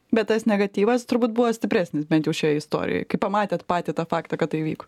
bet tas negatyvas turbūt buvo stipresnis bent jau šioj istorijoj kai pamatėt patį tą faktą kad tai įvyko